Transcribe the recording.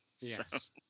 Yes